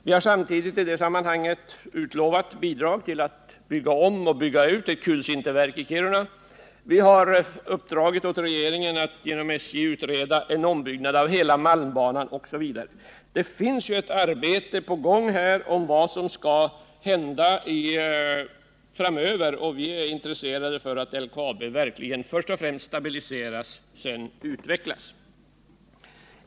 Vi har i det sammanhanget också utlovat bidrag till att bygga om och bygga ut ett kulsinterverk i Kiruna, vi har uppdragit åt regeringen att genom SJ utreda en ombyggnad av hela malmbanan, osv. Det pågår alltså ett arbete som gäller vad som skall hända framöver. Vi är intresserade av att LKAB först och främst stabiliseras och sedan utvecklas.